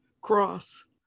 cross